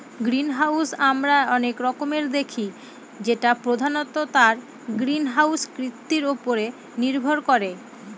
greenhouse আমরা অনেক রকমের দেখি যেটা প্রধানত তার গ্রিনহাউস কৃতির উপরে নির্ভর করে